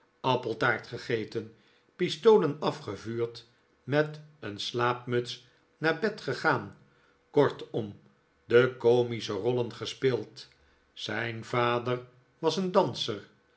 appeltaart gegeten pistolen afgevuurd met een slaapmuts naar bed gegaan kortom de komische rollen gespeeld zijn vader was een danser